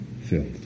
filled